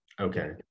okay